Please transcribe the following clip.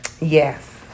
Yes